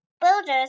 Builders